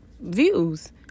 views